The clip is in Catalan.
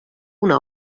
una